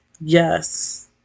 Yes